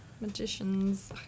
Magicians